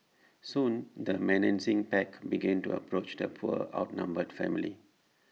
soon the menacing pack began to approach the poor outnumbered family